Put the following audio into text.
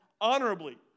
honorably